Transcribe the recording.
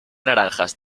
naranjas